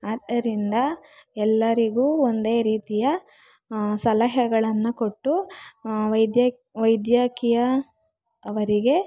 ಆದ್ದರಿಂದ ಎಲ್ಲರಿಗೂ ಒಂದೇ ರೀತಿಯ ಸಲಹೆಗಳನ್ನು ಕೊಟ್ಟು ವೈದ್ಯ ವೈದ್ಯಕೀಯ ಅವರಿಗೆ